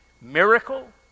miracle